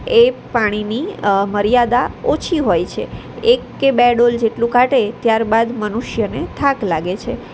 એ પાણીની મર્યાદા ઓછી હોય છે એક કે બે ડોલ જેટલું કાઢે ત્યારબાદ મનુષ્યને થાક લાગે છે